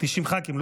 90 ח"כים,